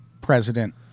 president